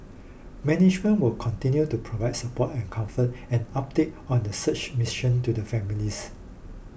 management will continue to provide support and comfort and updates on the search mission to the families